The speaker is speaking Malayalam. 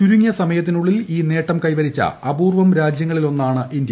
ചുരുങ്ങിയ സമയത്തിനുള്ളിൽ ഈ നേട്ടം കൈവരിച്ച അപൂർവ്വം രാജ്യങ്ങളിലൊന്നാണ് ഇന്ത്യ